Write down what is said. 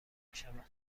میشوند